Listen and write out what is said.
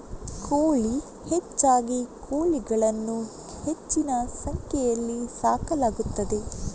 ಕೋಳಿ ಹೆಚ್ಚಾಗಿ ಕೋಳಿಗಳನ್ನು ಹೆಚ್ಚಿನ ಸಂಖ್ಯೆಯಲ್ಲಿ ಸಾಕಲಾಗುತ್ತದೆ